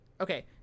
Okay